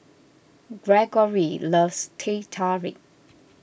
Greggory loves Teh Tarik